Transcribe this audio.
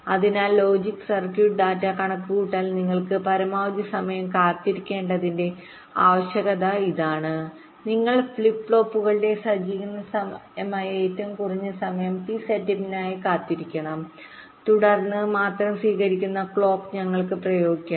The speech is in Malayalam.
അതിനാൽ ലോജിക് സർക്യൂട്ട് ഡാറ്റ കണക്കുകൂട്ടാൻ നിങ്ങൾ പരമാവധി സമയം കാത്തിരിക്കേണ്ടതിന്റെ ആവശ്യകത ഇതാണ് നിങ്ങൾ ഫ്ലിപ്പ് ഫ്ലോപ്പുകളുടെ സജ്ജീകരണ സമയമായ ഏറ്റവും കുറഞ്ഞ സമയം ടി സെറ്റപ്പിനായി കാത്തിരിക്കണം തുടർന്ന് മാത്രം സ്വീകരിക്കുന്ന ക്ലോക്ക് ഞങ്ങൾ പ്രയോഗിക്കണം